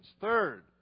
Third